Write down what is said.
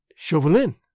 Chauvelin